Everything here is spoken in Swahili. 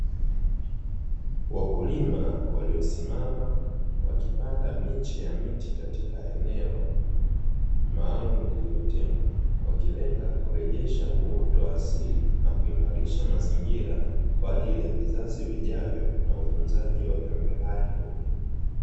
Wakulima waliosimama wakipanda miche ya miti katika eneo maalumu, lillotengwa wakilenga kurejesha uoto wa asili na kuimarisha mazingira kwa ajili ya vizazi vijavyo na utunzaji wa viumbe hai porini.